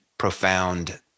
profound